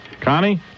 Connie